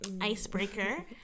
icebreaker